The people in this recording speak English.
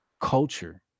culture